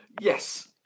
yes